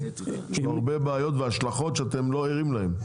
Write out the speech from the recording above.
יש פה הרבה בעיות והשלכות שאתם לא ערים להן.